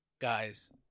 Guys